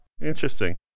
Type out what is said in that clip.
interesting